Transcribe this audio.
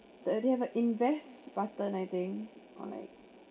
the they have a invest button I think or like